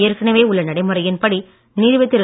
ஏற்கனவே உள்ள நடைமுறையின் படி நீதிபதி திரு